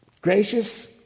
Gracious